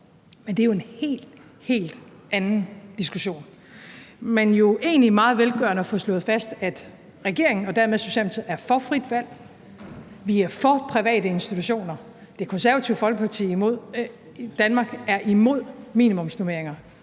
Det er en helt, helt anden diskussion, men det er jo egentlig meget velgørende at få slået fast, at regeringen og dermed Socialdemokratiet er for frit valg, vi er for privatinstitutioner, Det Konservative Folkeparti i Danmark er imod minimumsnormeringer.